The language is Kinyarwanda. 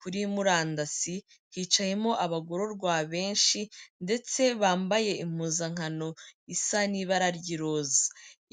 kuri murandasi, hicayemo abagororwa benshi ndetse bambaye impuzankano isa n'ibara ry'iroza.